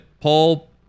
Paul